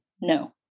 no